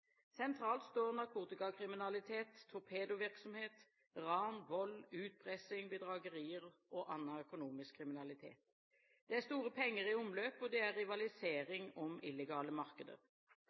Sentralt står narkotikakriminalitet, torpedovirksomhet, ran, vold, utpressing, bedragerier og annen økonomisk kriminalitet. Det er store penger i omløp, og det er rivalisering om illegale markeder.